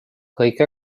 kõike